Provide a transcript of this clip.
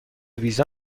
ویزا